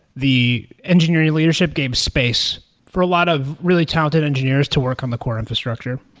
the engineering leadership gave space for a lot of really talented engineers to work on the core infrastructure.